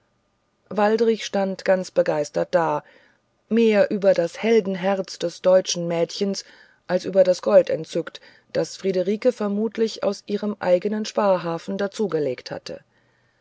waldrich stand ganz begeistert da mehr über das heldenherz des deutschen mädchens als über das gold entzückt das friederike vermutlich aus ihrem eigenen sparhafen dazugelegt hatte